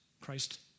Christ